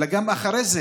אלא גם אחרי זה.